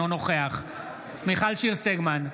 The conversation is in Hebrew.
אינו נוכח מיכל שיר סגמן,